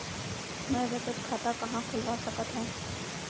मै बचत खाता कहाँ खोलवा सकत हव?